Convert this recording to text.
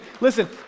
Listen